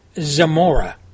Zamora